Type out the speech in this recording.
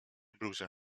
bluzie